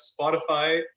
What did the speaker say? spotify